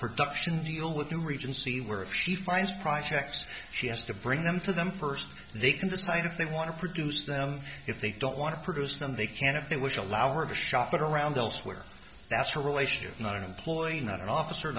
production deal with you regency where if she finds projects she has to bring them to them first they can decide if they want to produce them if they don't want to produce them they can if they wish allow her to shop it around elsewhere that's a relationship not an employee not an officer